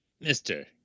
Mister